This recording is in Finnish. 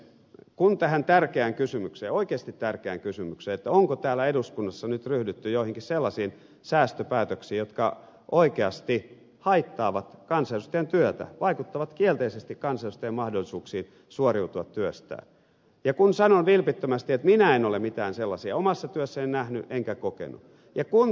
kun tähän tärkeään kysymykseen oikeasti tärkeään kysymykseen onko täällä eduskunnassa nyt ryhdytty joihinkin sellaisiin säästöpäätöksiin jotka oikeasti haittaavat kansanedustajan työtä vaikuttavat kielteisesti kansanedustajan mahdollisuuksiin suoriutua työstään vastaan ja kun sanon vilpittömästi että minä en ole mitään sellaisia omassa työssäni nähnyt enkä kokenut ja kun te ed